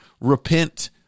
repent